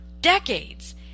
decades